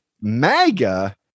MAGA